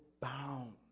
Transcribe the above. bound